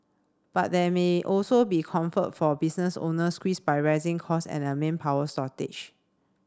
but there may also be comfort for business owners squeezed by rising costs and a manpower shortage